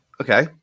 okay